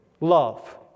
Love